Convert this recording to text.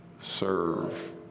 serve